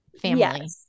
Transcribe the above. family